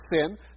sin